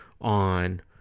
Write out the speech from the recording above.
on